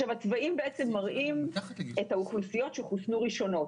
הצבעים מראים את האוכלוסיות שחוסנו ראשונות.